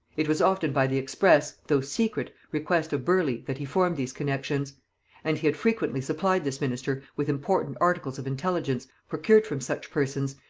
it was often by the express, though secret, request of burleigh that he formed these connexions and he had frequently supplied this minister with important articles of intelligence procured from such persons,